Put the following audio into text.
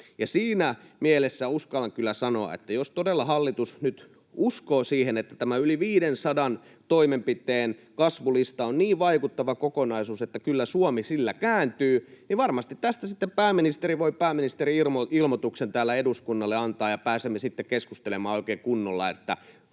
Siinä mielessä uskallan kyllä sanoa, että jos todella hallitus nyt uskoo siihen, että tämä yli 500 toimenpiteen kasvulista on niin vaikuttava kokonaisuus, että kyllä Suomi sillä kääntyy, niin varmasti tästä sitten pääministeri voi pääministerin ilmoituksen antaa täällä eduskunnalle ja pääsemme sitten keskustelemaan oikein kunnolla,